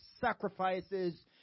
sacrifices